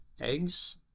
eggs